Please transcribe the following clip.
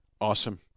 Awesome